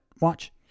Watch